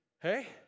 Hey